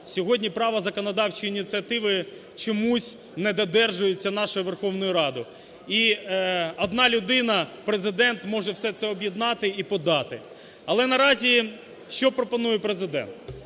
сьогодні право законодавчої ініціативи чомусь не додержується нашою Верховною Радою. І одна людина – Президент може все це об'єднати і подати. Але наразі що пропонує Президент?